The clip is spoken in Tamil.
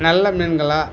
நல்ல மீன்களாக